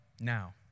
now